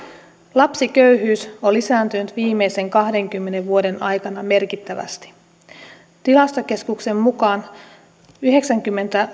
lapsiköyhyys on lisääntynyt viimeisten kahdenkymmenen vuoden aikana merkittävästi tilastokeskuksen mukaan yhdeksänkymmentä